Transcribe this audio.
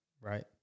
right